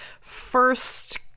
first